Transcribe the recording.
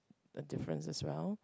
a difference as well